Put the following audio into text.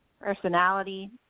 personality